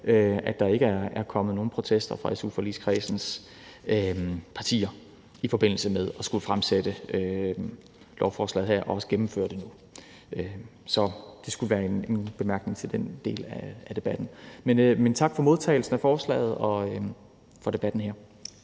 at der ikke er kommet nogen protester fra su-forligskredsens partier i forbindelse med at skulle fremsætte lovforslaget her og også gennemføre det. Det skulle være en bemærkning til den del af debatten. Men tak for modtagelsen af forslaget og for debatten her.